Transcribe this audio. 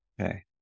Okay